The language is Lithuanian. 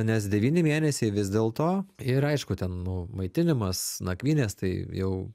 nes devyni mėnesiai vis dėlto ir aišku ten nu maitinimas nakvynės tai jau